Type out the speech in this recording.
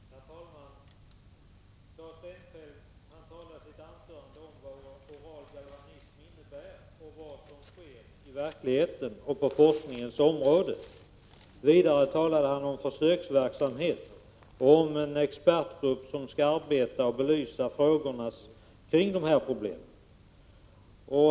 Herr talman! Claes Rensfeldt talade i sitt anförande om vad oral galvanism innebär och vad som sker i verkligheten och på forskningens område. Vidare talade han om försöksverksamhet och om en expertgrupp som skall arbeta och belysa frågorna kring dessa problem.